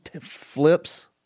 flips